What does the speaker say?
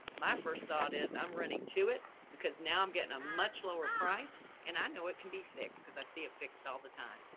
my first thought is i'm running to it because now i'm getting a much lower price and i know it can be fixed cause i see it fixed all the time.